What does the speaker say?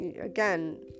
again